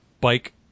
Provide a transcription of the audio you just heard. bike